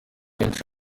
benshi